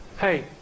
Hey